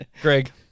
greg